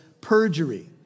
perjury